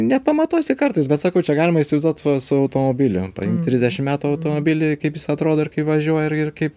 nepamatuosi kartais bet sakau čia galima įsivaizduot va su automobiliu trisdešim metų automobilį kaip jis atrodo ir kaip važiuoja ir ir kaip